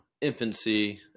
infancy